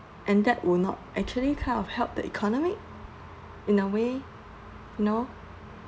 and that would not actually kind of help the economy in a way you know